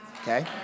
Okay